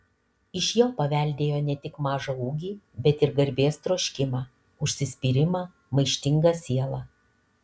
iš jo paveldėjo ne tik mažą ūgį bet ir garbės troškimą užsispyrimą maištingą sielą